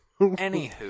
Anywho